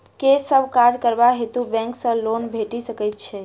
केँ सब काज करबाक हेतु बैंक सँ लोन भेटि सकैत अछि?